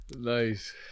Nice